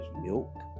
milk